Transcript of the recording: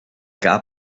gab